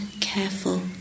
careful